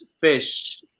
fish